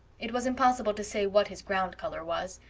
it was impossible to say what his ground color was.